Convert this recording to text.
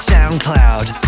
SoundCloud